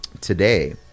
today